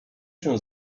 się